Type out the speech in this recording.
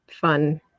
fun